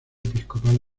episcopal